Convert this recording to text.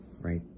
right